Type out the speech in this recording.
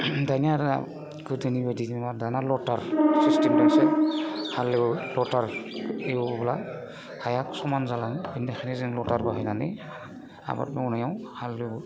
दानिया आरो दा गोदोनि बायदि नङा दाना लटार सिस्टेमजोंसो हालेवो लटार एवोब्ला हाया समान जालाङो बेनि थाखायनो जों लटार बाहायनानै आबाद मावनायाव हालेवो